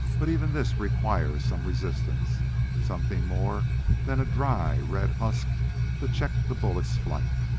but even this requires some resistance something more than a dry, red husk to check the bullet's flight.